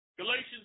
Galatians